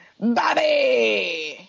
Bobby